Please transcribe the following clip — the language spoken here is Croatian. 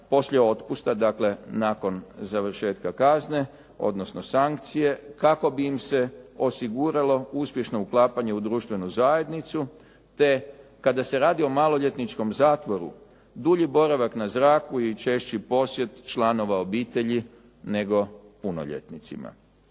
poslije otpusta, dakle nakon završetka kazne, odnosno sankcije kako bi im se osiguralo uspješno uklapanje u društvenu zajednicu te kada se radi o maloljetničkom zatvoru dulji boravak na zraku i češći posjet članova obitelji nego punoljetnicima.